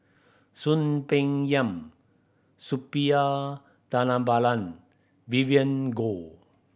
Soon Peng Yam Suppiah Dhanabalan Vivien Goh